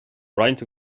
roinnt